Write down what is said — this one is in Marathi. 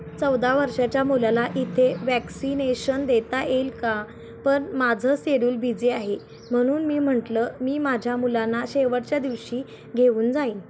चौदा वर्षाच्या मुलाला इथे वॅक्सिनेशन देता येईल का पण माझं सेड्यूल बिझी आहे म्हणून मी म्हटलं मी माझ्या मुलांना शेवटच्या दिवशी घेऊन जाईन